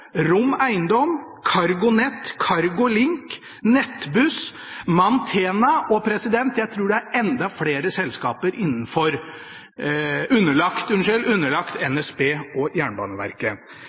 Rom Eiendom, CargoNet, Cargolink, Nettbuss og Mantena, og jeg tror det er enda flere selskaper underlagt NSB og Jernbaneverket.